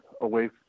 away